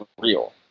real